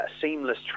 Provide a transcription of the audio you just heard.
seamless